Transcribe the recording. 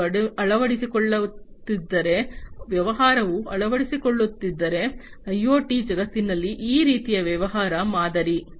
ಅವರು ಅಳವಡಿಸಿಕೊಳ್ಳುತ್ತಿದ್ದರೆ ವ್ಯವಹಾರವು ಅಳವಡಿಸಿಕೊಳ್ಳುತ್ತಿದ್ದರೆ ಐಒಟಿ ಜಗತ್ತಿನಲ್ಲಿ ಈ ರೀತಿಯ ವ್ಯವಹಾರ ಮಾದರಿ